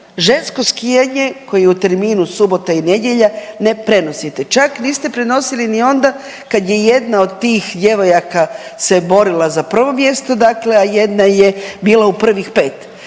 žensko skijanje koje je u terminu subota i nedjelja ne prenosite, čak niste prenosili ni onda kad je jedna od tih djevojaka se borila za prvo mjesto, a jedna je bila u prvih pet